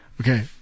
Okay